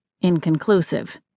inconclusive